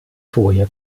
vorher